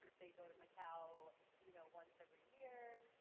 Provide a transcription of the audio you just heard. they go to macao you know once every year,